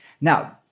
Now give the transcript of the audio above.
Now